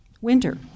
winter